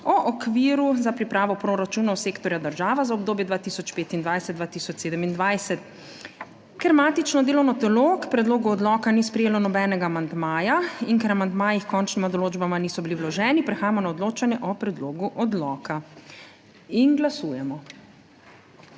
o okviru za pripravo proračunov sektorja država za obdobje 2025-2027.** Ker matično delovno telo k predlogu odloka ni sprejelo nobenega amandmaja in ker amandmaji h končnima določbama niso bili vloženi, prehajamo na odločanje o predlogu odloka. In glasujemo.